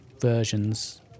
versions